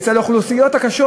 אצל האוכלוסיות הקשות,